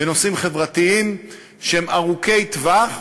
בנושאים חברתיים שהם ארוכי-טווח,